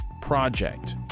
Project